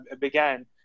began